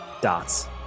dots